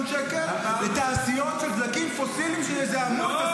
שקל לתעשיות של דלקים פוסיליים שיזהמו את הסביבה.